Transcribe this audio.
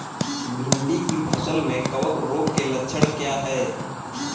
भिंडी की फसल में कवक रोग के लक्षण क्या है?